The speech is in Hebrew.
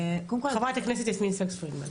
חברת הכנסת יסמין זקס פרידמן.